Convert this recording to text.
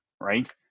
right